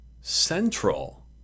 central